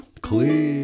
clear